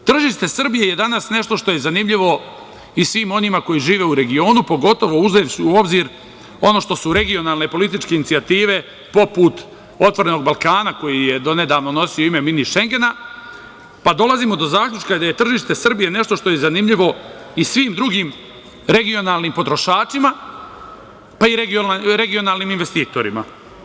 Tržište Srbije je danas nešto što je zanimljivo i svim onima koji žive u regionu, pogotovo uzevši u obzir ono što su regionalne i političke inicijative poput otvorenog Balkana koji je donedavno nosio ime „mini Šengena“, pa dolazimo do zaključka da je tržište Srbije nešto što je zanimljivo i svim drugim regionalnim potrošačima, pa i regionalnim investitorima.